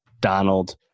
Donald